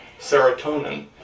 serotonin